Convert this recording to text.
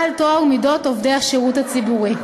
על טוהר מידות עובדי השירות הציבורי,